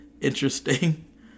interesting